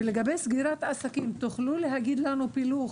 ולגבי סגירת עסקים, תוכלו להגיד לנו פילוח,